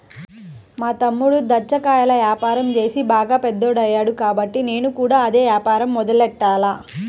మా తమ్ముడు దాచ్చా కాయల యాపారం చేసి బాగా పెద్దోడయ్యాడు కాబట్టి నేను కూడా అదే యాపారం మొదలెట్టాల